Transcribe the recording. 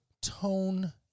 tone